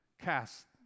cast